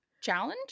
challenge